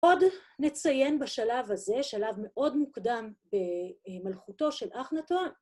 עוד נציין בשלב הזה, שלב מאוד מוקדם במלכותו של אחנאתון.